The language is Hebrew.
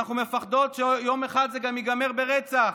אנחנו מפחדות שיום אחד זה גם ייגמר ברצח.